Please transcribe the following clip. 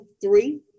three